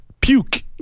puke